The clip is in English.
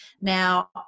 Now